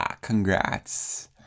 Congrats